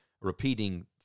repeating